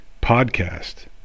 podcast